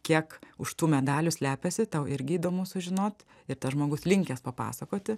kiek už tų medalių slepiasi tau irgi įdomu sužinot ir tas žmogus linkęs papasakoti